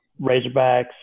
Razorbacks